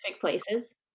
places